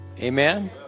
Amen